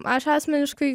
aš asmeniškai